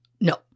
No